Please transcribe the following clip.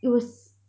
it was